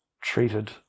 treated